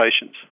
patients